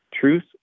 truth